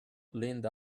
leaned